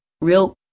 real